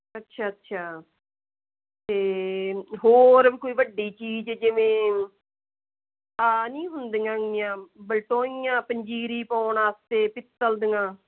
ਅੱਛਾ ਅੱਛਾ ਅਤੇ ਹੋਰ ਕੋਈ ਵੱਡੀ ਚੀਜ਼ ਜਿਵੇਂ ਆ ਨਹੀਂ ਹੁੰਦੀਆਂ ਗਈਆਂ ਬਲਟੋਹੀਆਂ ਪੰਜੀਰੀ ਪਾਉਣ ਵਾਸਤੇ ਪਿੱਤਲ ਦੀਆਂ